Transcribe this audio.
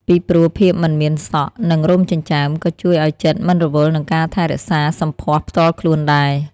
ពីព្រោះ ភាពមិនមានសក់ និងរោមចិញ្ចើម ក៏ជួយឲ្យចិត្តមិនរវល់នឹងការថែរក្សាសម្ផស្សផ្ទាល់ខ្លួនដែរ។